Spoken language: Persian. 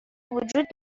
وجود